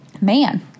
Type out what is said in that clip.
Man